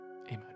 Amen